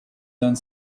done